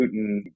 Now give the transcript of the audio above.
Putin